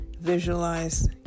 Visualize